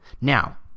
Now